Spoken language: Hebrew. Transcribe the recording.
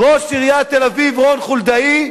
ראש עיריית תל-אביב, רון חולדאי,